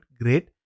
great